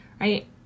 Right